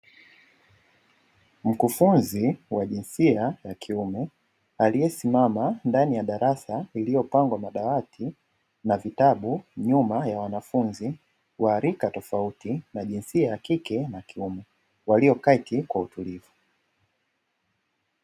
Mkufunzi wa jinsia ya kiume aliyesimama ndani ya darasa, lililopangwa madawati na vitabu nyuma ya wanafunzi wa rika tofauti na jinsia ya kike na ya kiume; walioketi kwa utulivu.